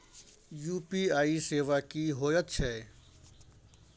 UPI सेवा की होयत छै?